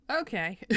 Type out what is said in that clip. Okay